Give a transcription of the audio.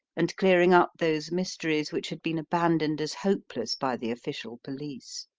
and clearing up those mysteries which had been abandoned as hopeless by the official police.